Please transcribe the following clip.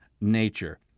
nature